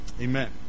Amen